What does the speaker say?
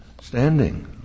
standing